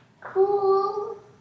Cool